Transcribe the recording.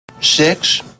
Six